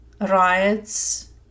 riots